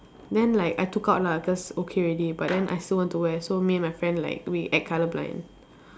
then like I took out lah cause okay already but then I still want to wear so me and my friend like we act colour blind